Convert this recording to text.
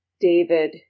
david